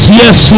yes